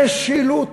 משילות,